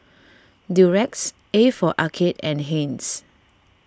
Durex A for Arcade and Heinz